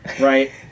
right